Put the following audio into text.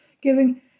giving